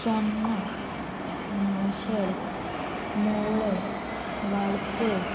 चोडणा माशेल मोवळें वाळपय